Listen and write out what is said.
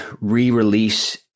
re-release